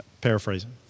Paraphrasing